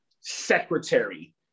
secretary